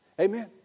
Amen